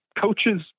coaches